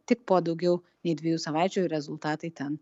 tik po daugiau nei dviejų savaičių rezultatai ten